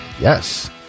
yes